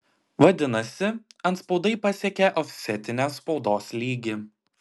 vadinasi antspaudai pasiekė ofsetinės spaudos lygį